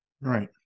Right